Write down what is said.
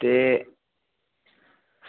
ते